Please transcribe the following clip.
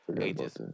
ages